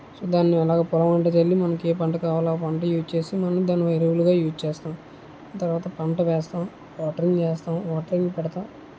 so దానిని అలా పొలం అంతా జల్లి మనకి ఏ పంట కావాలో ఆ పంట యూజ్స్ చేసి మనం దానిని ఎరువులుగా యజ్ చేస్తాము దాని తర్వాత పంట వేస్తాము వాటరింగ్ వేస్తాం వాటరింగ్ పెడతాం